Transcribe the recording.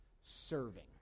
Serving